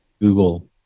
google